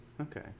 Okay